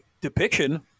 depiction